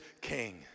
king